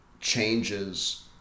changes